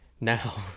Now